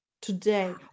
today